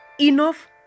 enough